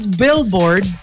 billboard